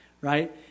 right